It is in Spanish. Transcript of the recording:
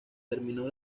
terminó